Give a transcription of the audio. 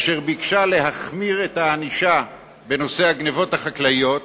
אשר נועדה להחמיר את הענישה בנושא הגנבות החקלאיות,